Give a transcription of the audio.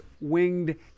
winged